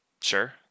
Sure